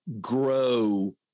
grow